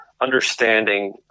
understanding